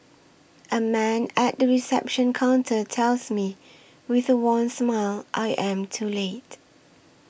a man at the reception counter tells me with a warm smile I am too late